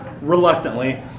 reluctantly